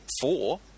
four